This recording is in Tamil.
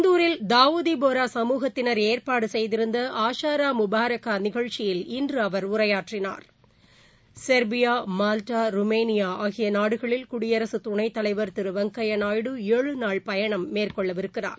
இந்தூரில் தாவூதி போரா சமூகத்தினா் ஏற்பாடு செய்திருந்த ஆஷாரா முபாரக்கா நிகழ்ச்சியில் இன்று அவர் உரையாற்றினார் செர்பியா மால்டா ருமேனியா ஆகிய நாடுகளில் குடியரசு துணைத்தலைவர் திரு வெங்கையா நாயுடு ஏழு நாள் பயணம் மேற்கொள்ளவிருக்கிறார்